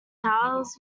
towers